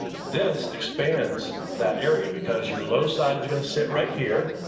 this expands that area, because your low side is gonna sit right here.